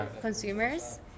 consumers